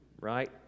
Right